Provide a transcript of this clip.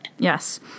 Yes